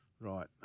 Right